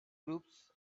groups